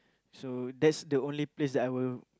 so that's the only place that I will